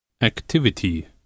Activity